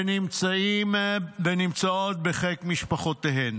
ונמצאות בחיק משפחותיהן.